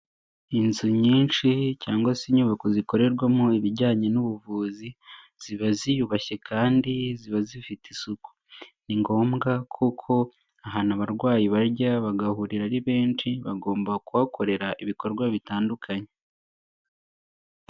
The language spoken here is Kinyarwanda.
Inzu nyinshi cyangwa se inyubako zikorerwamo ibijyanye n'ubuvuzi ziba ziyubashye kandi ziba zifite isuku. Ni ngombwa kuko ahantu abarwayi bajya bagahurira ari benshi, bagomba kuhakorera ibikorwa bitandukanye.